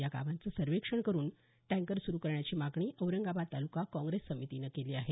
या गावांचे सर्वेक्षण करून टँकर सुरू करण्याची मागणी औरंगाबाद तालुका काँग्रेस समितीनं केली आहे